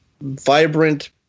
vibrant